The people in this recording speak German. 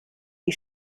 die